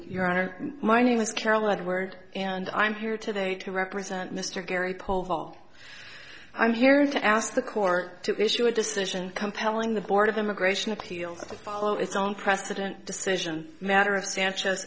your honor my name is carolyn word and i'm here today to represent mr gary poll vol i'm here to ask the court to issue a decision compelling the board of immigration appeals to follow its own precedent decision matter of sanchez